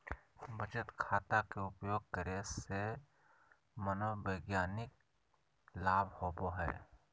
बचत खाता के उपयोग करे से मनोवैज्ञानिक लाभ होबो हइ